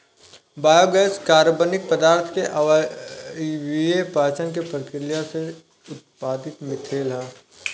biogas कार्बनिक पदार्थ के अवायवीय पाचन के प्रक्रिया से उत्पादित मिथेन ह